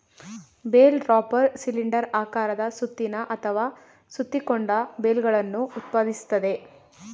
bale wrapper cylinder ಆಕಾರದ ಸುತ್ತಿನ ಅಥವಾ ಸುತ್ತಿಕೊಂಡ ಬೇಲ್ಗಳನ್ನು ಉತ್ಪಾದಿಸ್ತದೆ